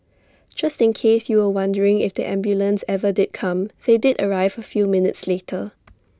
just in case you were wondering if the ambulance ever did come they did arrive A few minutes later